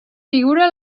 figura